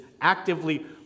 actively